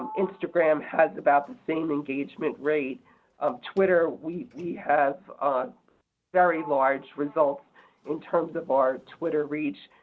um instagram has about the same engagement rate of twitter. we we have very large results in terms of our twitter reach.